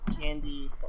Candy